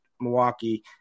Milwaukee